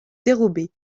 dérober